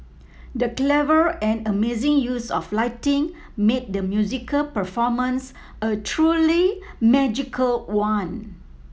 the clever and amazing use of lighting made the musical performance a truly magical one